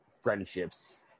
friendships